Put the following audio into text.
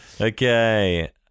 Okay